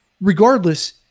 regardless